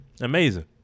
Amazing